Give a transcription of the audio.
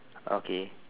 okay